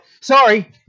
sorry